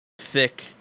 thick